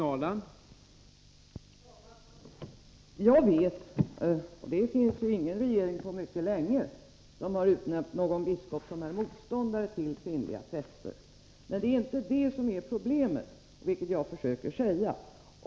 Herr talman! Någon regering som har utnämnt en biskop som är motståndare till kvinnliga präster har inte funnits på mycket länge. Men det är inte det som är problemet, vilket jag försöker säga.